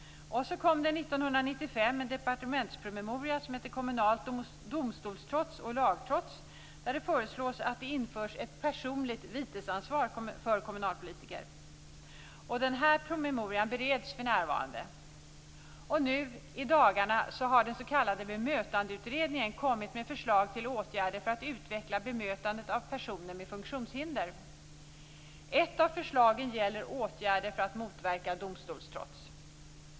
Och så kom 1995 en departementspromemoria som hette Kommunalt domstolstrots och lagtrots, där man föreslår att det införs ett personligt vitesansvar för kommunalpolitiker. Den här promemorian bereds för närvarande. Och nu i dagarna har den s.k. Bemötandeutredningen kommit med förslag till åtgärder för att utveckla bemötandet av personer med funktionshinder. Ett av förslagen gäller åtgärder för att motverka domstolstrots.